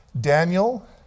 Daniel